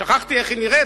שכחתי איך היא נראית,